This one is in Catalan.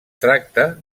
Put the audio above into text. tracta